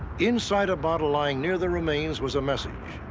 inside a bottle lying near the remains was a message.